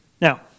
Now